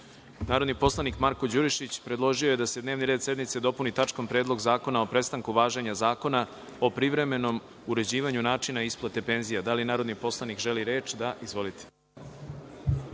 Narodne skupštine, predložio je da se dnevni red sednice dopuni tačkom – Predlog zakona o prestanku važenja Zakona o privremenom uređivanju načina isplate penzija. Da li narodni poslanik Balša Božović